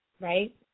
right